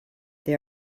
they